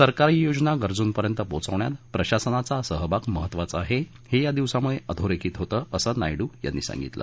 सरकारच्या योजना गरजूंपर्यंत पोचवण्यात प्रशासनाचा सहभाग महत्वाचा आहे हे या दिवसामुळे अधोरेखित होतं असं नायडू यांनी सांगितलं